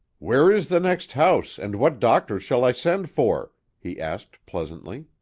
where is the next house, and what doctor shall i send for? he asked pleasantly.